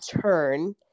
turn